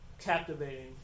captivating